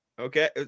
Okay